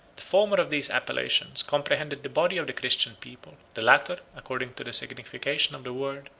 the former of these appellations comprehended the body of the christian people the latter, according to the signification of the word,